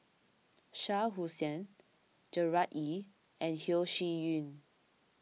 Shah Hussain Gerard Ee and Yeo Shih Yun